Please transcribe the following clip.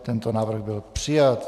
Tento návrh byl přijat.